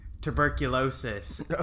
tuberculosis